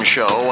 Show